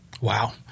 Wow